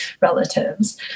relatives